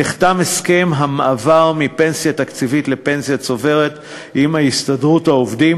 נחתם הסכם המעבר מפנסיה תקציבית לפנסיה צוברת עם הסתדרות העובדים